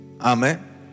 Amen